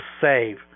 save